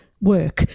work